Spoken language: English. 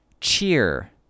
cheer